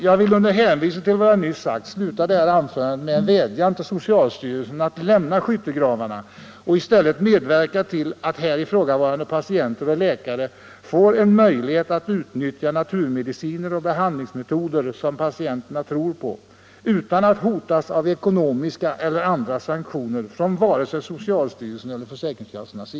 Jag vill under hänvisning till vad jag nyss sagt sluta det här anförandet med en vädjan till socialstyrelsen att lämna skyttegravarna och i stället medverka till att ifrågavarande patienter och läkare får en möjlighet att utnyttja naturmediciner och behandlingsmetoder, som patienterna tror på, utan att hotas av ekonomiska eller andra sanktioner från vare sig socialstyrelsen eller försäkringskassorna.